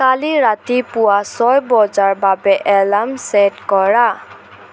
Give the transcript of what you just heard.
কালি ৰাতিপুৱা ছয় বজাৰ বাবে এলাৰ্ম ছেট কৰা